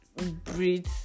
breathe